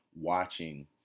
watching